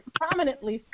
prominently